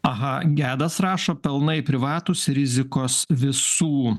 aha gedas rašo pelnai privatūs rizikos visų